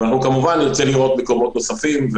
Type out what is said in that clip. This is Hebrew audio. אנחנו כמובן נרצה לראות מקומות נוספים,